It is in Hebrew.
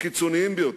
הקיצוניים ביותר,